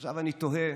ועכשיו אני תוהה